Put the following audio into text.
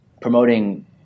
promoting